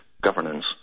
governance